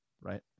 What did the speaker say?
Right